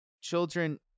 children